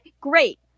great